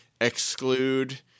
exclude